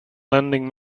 lending